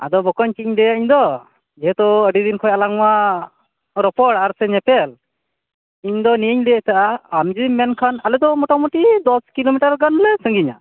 ᱟᱫᱚ ᱵᱚᱠᱚᱹᱧ ᱪᱮᱫ ᱤᱧ ᱞᱟ ᱭᱟ ᱤᱧᱫᱚ ᱡᱮᱦᱮᱛᱩ ᱟ ᱰᱤᱫᱤᱱ ᱠᱷᱚᱡ ᱟᱞᱟᱝ ᱢᱟ ᱨᱚᱯᱚᱲ ᱟᱨᱥᱮ ᱧᱮᱯᱮᱞ ᱤᱧᱫᱚ ᱱᱤᱭᱟᱹᱧ ᱞᱟ ᱭᱮᱜ ᱛᱟᱦᱮᱜᱼᱟ ᱟᱢ ᱡᱮᱢ ᱢᱮᱱᱠᱷᱟᱱ ᱟᱞᱮᱫᱚ ᱢᱚᱴᱟᱢᱚᱴᱤ ᱫᱚᱥ ᱠᱤᱞᱚᱢᱤᱴᱟᱨ ᱜᱟᱱᱞᱮ ᱥᱟᱺᱜᱤᱧᱟ